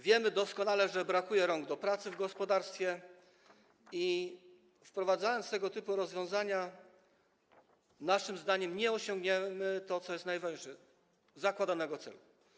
Wiemy doskonale, że brakuje rąk do pracy w gospodarstwie, a wprowadzając tego typu rozwiązania, naszym zdaniem nie osiągniemy tego, co jest najważniejsze, czyli zakładanego celu.